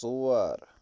ژور